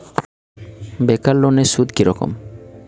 বেকার লোনের সুদ কি রকম?